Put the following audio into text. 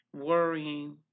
worrying